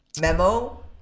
memo